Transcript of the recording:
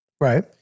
Right